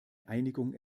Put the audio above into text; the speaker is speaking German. einigung